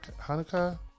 Hanukkah